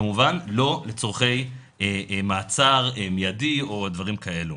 כמובן לא לצרכי מעצר מיידי או דברים כאלו,